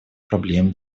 проблем